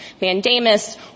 mandamus